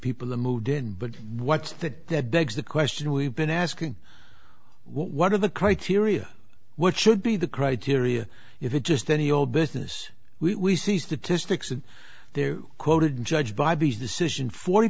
people or moved in but what that that digs the question we've been asking what are the criteria what should be the criteria if it just any old business we see statistics and there quoted judge by his decision forty